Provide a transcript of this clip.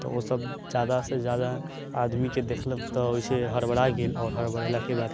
तऽ ओसभ ज्यादासँ ज्यादा आदमीके देखलक तऽ ओहिसँ हड़बड़ा गेल आओर हड़बड़ेलाके बाद